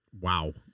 Wow